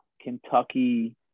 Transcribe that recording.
Kentucky